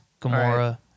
Gamora